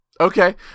Okay